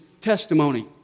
testimony